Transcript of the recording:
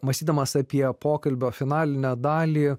mąstydamas apie pokalbio finalinę dalį